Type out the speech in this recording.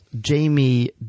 Jamie